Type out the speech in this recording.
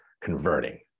converting